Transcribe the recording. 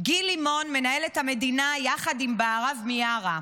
גיל לימון מנהל את המדינה יחד עם בהרב מיארה,